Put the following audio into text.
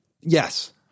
Yes